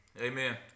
Amen